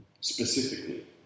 specifically